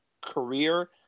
career